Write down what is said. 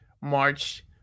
March